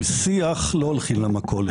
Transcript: עם שיח לא הולכים למכולת.